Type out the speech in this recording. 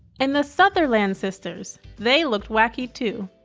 and the sutherland sisters! they looked wacky, too.